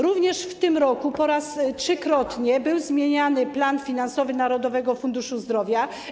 Również w tym roku trzykrotnie był zmieniany plan finansowy Narodowego Funduszu Zdrowia.